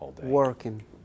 working